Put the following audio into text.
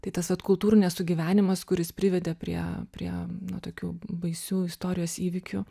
tai tas vat kultūrų nesugyvenimas kuris privedė prie prie na tokių baisių istorijos įvykių